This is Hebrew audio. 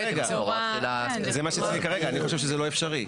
אני חושב שזה לא אפשרי.